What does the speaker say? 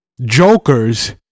jokers